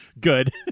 good